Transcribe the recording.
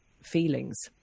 feelings